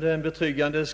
Det är ett